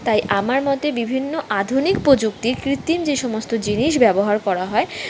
তাই আমার মতে বিভিন্ন আধুনিক প্রযুক্তির কৃত্তিম যে সমস্ত জিনিস ব্যবহার করা হয়